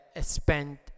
spent